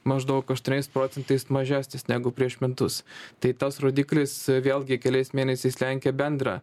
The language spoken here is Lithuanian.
maždaug aštuoniais procentais mažesnės negu prieš metus tai tas rodiklis vėlgi keliais mėnesiais lenkia bendrą